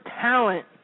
talent